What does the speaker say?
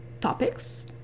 topics